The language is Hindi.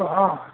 कहाँ